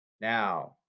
Now